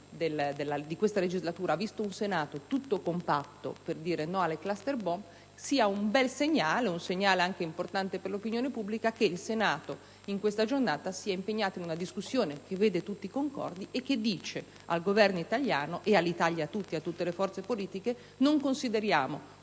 di legislatura il Senato si è espresso molto compattamente per dire no alle *cluster bomb*, credo che sia un segnale bello e importante per l'opinione pubblica che il Senato in questa giornata sia impegnato in una discussione che vede tutti concordi e che dice al Governo italiano, all'Italia e a tutte le forze politiche: non consideriamo